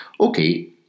okay